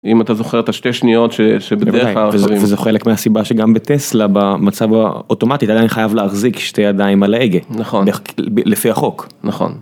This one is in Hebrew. אם אתה זוכר את השתי שניות וזה חלק מהסיבה שגם בטסלה במצב האוטומטית אתה עדיין חייב להחזיק שתי ידיים על ההגה נכון לפי החוק נכון.